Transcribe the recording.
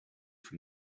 from